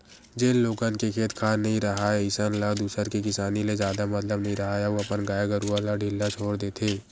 जेन लोगन के खेत खार नइ राहय अइसन ल दूसर के किसानी ले जादा मतलब नइ राहय अउ अपन गाय गरूवा ल ढ़िल्ला छोर देथे